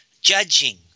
judging